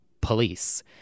police